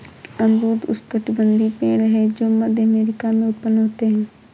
अमरूद उष्णकटिबंधीय पेड़ है जो मध्य अमेरिका में उत्पन्न होते है